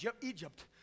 Egypt